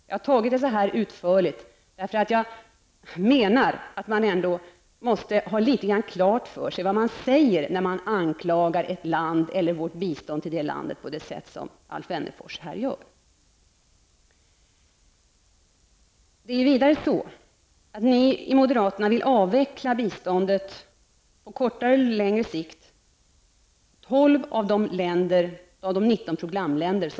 Jag har tagit detta så här utförligt, eftersom jag anser att man måste ha något så när klart för sig vad det är man säger när man anklagar ett land eller vårt bistånd till det landet på det sätt som Alf Wennerfors här gör. Moderaterna vill vidare avveckla biståndet, på kortare eller längre sikt, till 12 av våra 19 programländer.